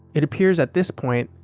it appears at this point,